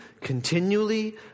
continually